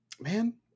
man